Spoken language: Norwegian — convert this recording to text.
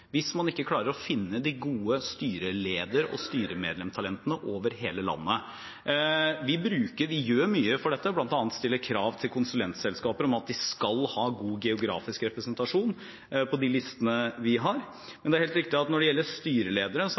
hvis man ikke klarer å finne de gode styreleder- og styremedlemstalentene over hele landet. Vi gjør mye for dette. Vi stiller bl.a. krav til konsulentselskaper om at de skal ha god geografisk representasjon på de listene vi har. Men det er helt riktig at når det gjelder